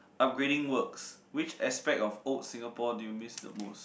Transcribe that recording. upgrading works which aspects of old Singapore do you missed the most